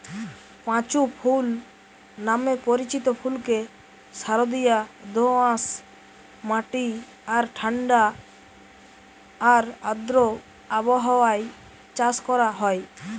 পাঁচু ফুল নামে পরিচিত ফুলকে সারদিয়া দোআঁশ মাটি আর ঠাণ্ডা আর আর্দ্র আবহাওয়ায় চাষ করা হয়